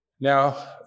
Now